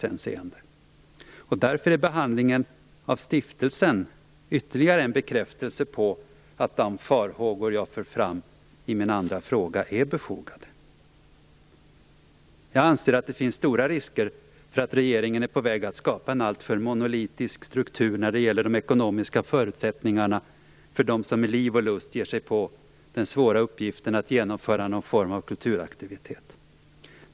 Därför är behandlingen av stiftelsen ytterligare en bekräftelse på att de farhågor jag för fram i min andra fråga är befogade. Jag anser att det finns stora risker för att regeringen är på väg att skapa en alltför monolitisk struktur när det gäller de ekonomiska förutsättningarna för dem som med liv och lust ger sig på den svåra uppgiften att genomföra någon form av kulturaktivitet.